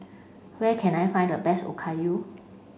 where can I find the best Okayu